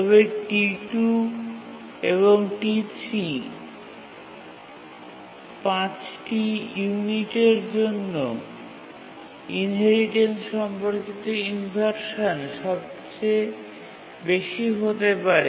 তবে T2 এবং T3 ৫ টি ইউনিটের জন্য ইনহেরিটেন্স সম্পর্কিত ইনভারসান সবচেয়ে বেশি হতে পারে